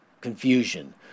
confusion